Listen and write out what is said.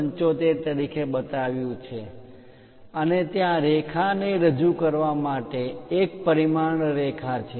75 તરીકે બતાવ્યું છે અને ત્યાં રેખા ને રજૂ કરવા માટે એક પરિમાણ રેખા છે